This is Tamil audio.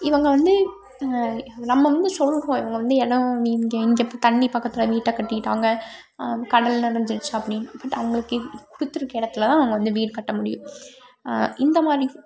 இவங்க வந்து நம்ம வந்து சொல்கிறோம் இவங்க வந்து ஏன்னால் நீங்கள் இங்கே தண்ணி பக்கத்தில் வீட்டை கட்டிவிட்டாங்க கடல் அடைஞ்சிச்சு அப்படினு பட் அவர்களுக்கு கொடுத்துருக்க இடத்துல தான் நாங்கள் வந்து வீடு கட்டமுடியும் இந்தமாதிரி